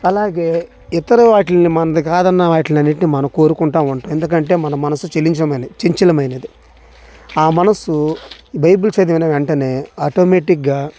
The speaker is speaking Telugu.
అలాగే ఇతర వాటిలని మనది కాదన్న వాటిలనన్నిటిని మనం కోరుకుంటా ఉంటాం ఎందుకంటే మన మనస్సు చలించన మైన చంచలమైనది ఆ మనస్సు బైబుల్ చదివిన వెంటనే ఆటోమెటిగ్గా